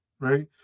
right